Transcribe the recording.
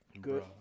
Good